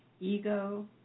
ego